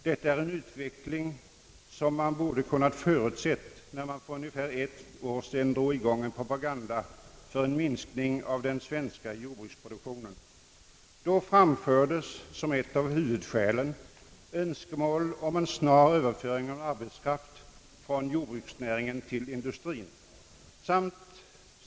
Detta är en utveckling som man borde kunna förutse när man för ungefär ett år sedan drog i gång en propaganda för en minskning av den svenska = jordbruksproduktionen. Då framfördes som ett av huvudskälen önskemålet om en snar överföring av arbetskraft från jordbruksnäringen till industrien.